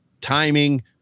timing